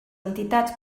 entitats